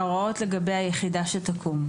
ההוראות לגבי היחידה שתקום.